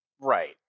Right